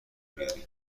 بیارین